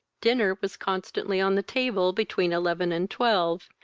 dinner was constantly on the table between eleven and twelve,